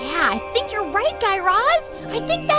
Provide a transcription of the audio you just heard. i think you're right, guy raz. i think